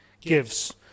gives